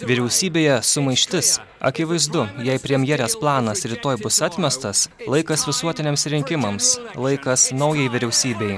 vyriausybėje sumaištis akivaizdu jei premjerės planas rytoj bus atmestas laikas visuotiniams rinkimams laikas naujai vyriausybei